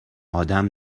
آدم